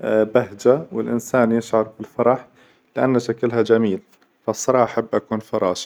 بهجة، والإنسان يشعر بالفرح، لأنه شكلها جميل، فالصراحة أحب أكون فراشة.